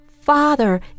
Father